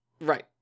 Right